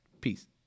peace